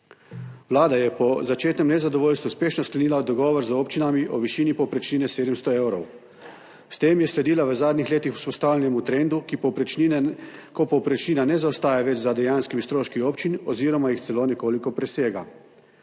Vlada je po začetnem nezadovoljstvu uspešno sklenila dogovor z občinami o višini povprečnine 700 evrov. S tem je sledila v zadnjih letih vzpostavljenemu trendu, ko povprečnina ne zaostaja več za dejanskimi stroški občin oziroma jih celo nekoliko presega.